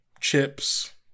chips